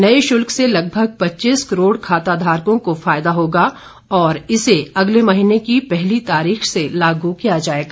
नये शुल्क से लगभग पच्चीस करोड़ खाताधारकों को फायदा पहुंचेगा और इसे अगले महीने की पहली तारीख से लागू किया जाएगा